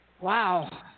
Wow